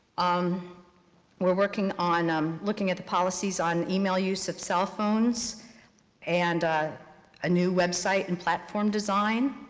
um we're working on um looking at the policies on email use of cell phones and a new web site and platform design.